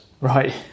Right